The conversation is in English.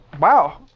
Wow